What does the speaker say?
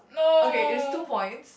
okay is two points